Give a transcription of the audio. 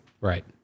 Right